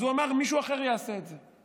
אז הוא אמר: מישהו אחר יעשה את זה,